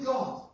God